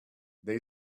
they